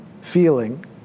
feeling